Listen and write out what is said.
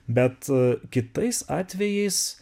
bet kitais atvejais